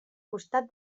costat